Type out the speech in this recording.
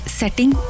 setting